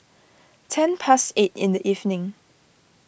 ten past eight in the evening